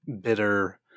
Bitter